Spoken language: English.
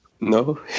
No